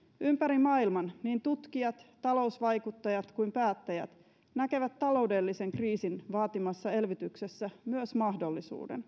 ympäri maailman niin tutkijat talousvaikuttajat kuin päättäjät näkevät taloudellisen kriisin vaatimassa elvytyksessä myös mahdollisuuden